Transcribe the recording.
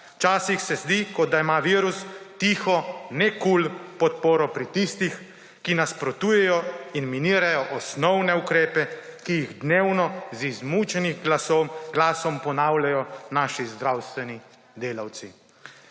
včasih se zdi, kot da ima virus tiho, ne-kul podporo pri tistih, ki nasprotujejo in minirajo osnovne ukrepe, ki jih dnevno z izmučenim glasom ponavljajo naši zdravstveni delavci.